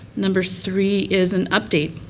number three is an update,